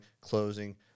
closing